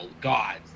Gods